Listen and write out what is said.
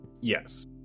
Yes